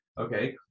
Okay